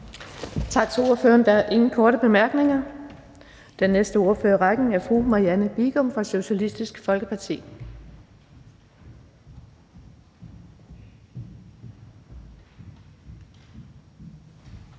Tak til ordføreren. Der er ingen korte bemærkninger. Den næste ordfører i rækken er fru Marianne Bigum fra Socialistisk Folkeparti.